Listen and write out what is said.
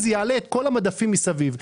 זה יעלה את כל המדפים מסביב.